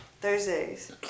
Thursdays